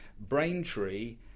Braintree